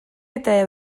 eta